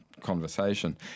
conversation